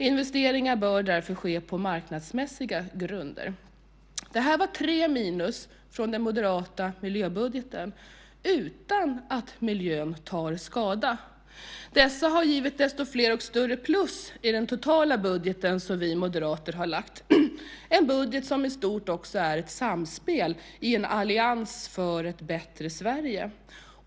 Investeringar bör därför ske på marknadsmässiga grunder. Detta var tre minus från den moderata miljöbudgeten - utan att miljön tar skada. Dessa har givit desto fler och större plus i den totala budget som vi moderater har lagt, en budget som i stort också är ett samspel i en allians för ett bättre Sverige.